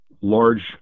large